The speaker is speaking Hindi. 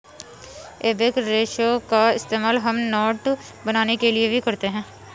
एबेक रेशे का इस्तेमाल हम नोट बनाने के लिए भी करते हैं